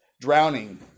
drowning